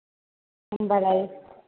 होमबालाय